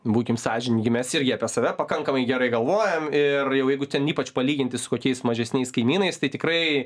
būkim sąžiningi mes irgi apie save pakankamai gerai galvojam ir jau jeigu ten ypač palyginti su kokiais mažesniais kaimynais tai tikrai